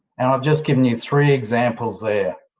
and i've just given you three examples there.